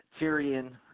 Tyrion